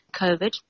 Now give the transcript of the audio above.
COVID